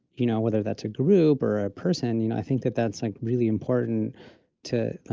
you know, whether that's a group or a person, you know, i think that that's like, really important to, like,